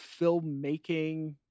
filmmaking